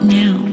now